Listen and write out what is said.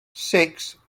six